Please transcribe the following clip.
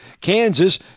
Kansas